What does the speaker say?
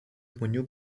žmonių